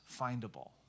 findable